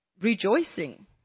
rejoicing